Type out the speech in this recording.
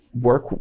work